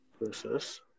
Versus